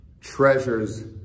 treasures